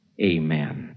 Amen